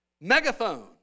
Megaphone